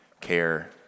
care